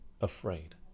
afraid